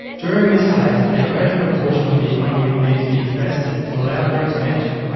during this phase a greater proportion of the economy will need to be invested to allow for expansion.